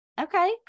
Okay